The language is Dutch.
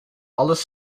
alles